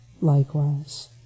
likewise